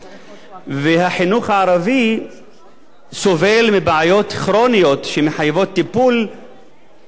והחינוך הערבי סובל מבעיות כרוניות שמחייבות טיפול שורש